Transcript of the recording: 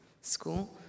school